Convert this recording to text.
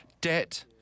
Debt